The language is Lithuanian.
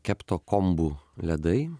keptokombu ledai